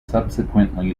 subsequently